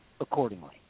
accordingly